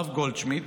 הרב גולדשמידט,